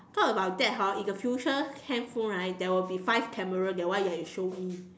talk about that hor the future handphone right there will be five cameras that one that you show me